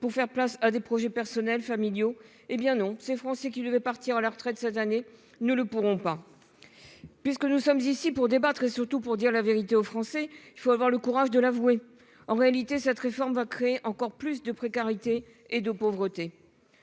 pour faire place à des projets personnels familiaux. Eh bien non. Ces Français qui devait partir à la retraite cette année, nous ne pourrons pas. Puisque nous sommes ici pour débattre et surtout pour dire la vérité aux Français, il faut avoir le courage de l'avouer. En réalité, cette réforme va créer encore plus de précarité et de pauvreté.